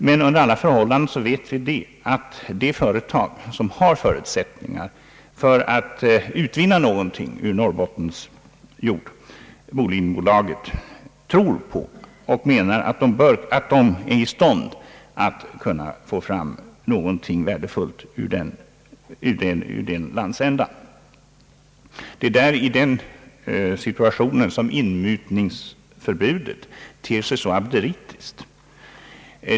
Men under alla förhållanden vet vi, att det företag som har förutsättningar att utvinna någonting ur Norrbottens jord, Bolidenbolaget, tror på och menar att det är i stånd att få fram något värdefullt ur den landsändan. Det är i den situationen som inmutningsförbudet ter sig så abderitiskt.